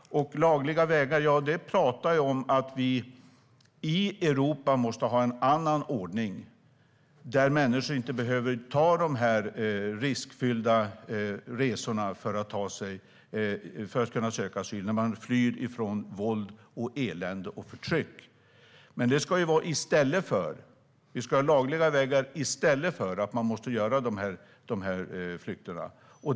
Vi talar om lagliga vägar. Vi i Europa måste ha en annan ordning där människor inte behöver ta de riskfyllda resorna för att kunna söka asyl när de flyr från våld, elände och förtryck. Vi ska ha lagliga vägar i stället för att människor måste göra dessa flykter.